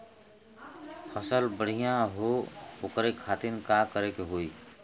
फसल बढ़ियां हो ओकरे खातिर का करे के होई?